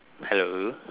hello